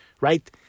right